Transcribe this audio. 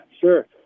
sure